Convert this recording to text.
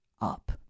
up